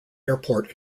airport